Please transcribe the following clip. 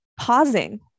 pausing